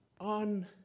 on